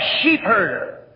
sheepherder